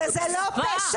וזה לא פשע.